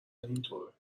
اینطوره